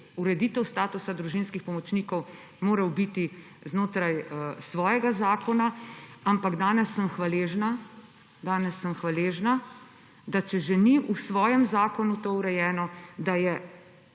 ureditev statusa družinskih pomočnikov morala biti znotraj svojega zakona. Ampak danes sem hvaležna, da če že ni v svojem zakonu to urejeno, da se